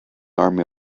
army